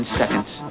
seconds